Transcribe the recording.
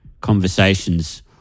conversations